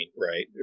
right